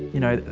you know,